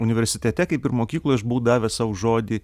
universitete kaip ir mokykloj aš buvau davęs sau žodį